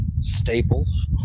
Staples